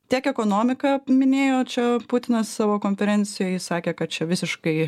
tiek ekonomiką minėjo čia putinas savo konferencijoj sakė kad čia visiškai